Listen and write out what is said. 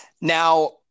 Now